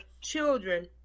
children